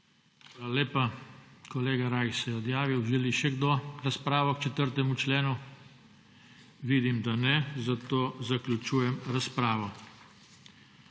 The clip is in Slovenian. Hvala lepa. Kolega Rajh se je odjavil. Želi še kdo razpravo k 4. členu? Vidim, da ne, zato zaključujem razpravo.